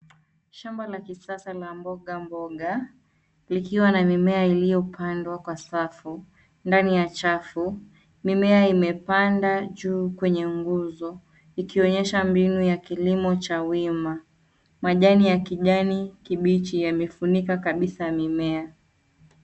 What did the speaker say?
Shamba la kisasa la mboga mboga, likiwa na mimea iliyopandwa kwa safu. Ndani ya chafu, mimea imepanda juu kwenye nguzo, ikionyesha mbinu ya kilimo cha wima. Majani ya kijani kibichi yamefunika kabisa mimea.